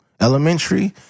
elementary